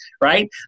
right